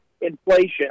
inflation